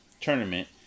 tournament